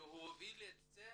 שהוא הוביל את זה